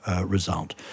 result